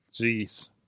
Jeez